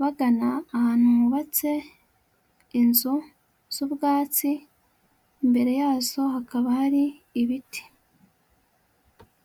bagana ahantu hubatse inzu z'ubwatsi, imbere yazo hakaba hari ibiti.